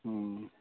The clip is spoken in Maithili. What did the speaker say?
हुँ